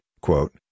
quote